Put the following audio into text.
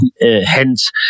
hence